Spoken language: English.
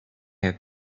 have